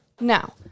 Now